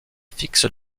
fixe